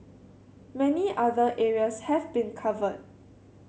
many other areas have been covered